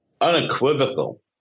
unequivocal